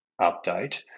update